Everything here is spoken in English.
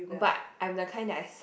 but I am the kind that I suck